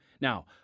Now